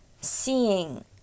seeing